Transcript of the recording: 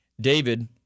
David